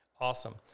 awesome